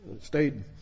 Stayed